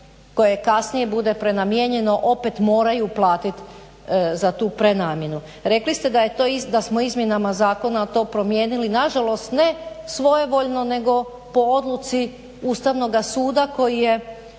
koje kasnije bude prenamjeno opet moraju platiti za tu prenamjenu. Rekli ste da je smo izmjenama zakona to promijenili. Nažalost ne svojevoljno nego po odluci Ustavnoga suda koji je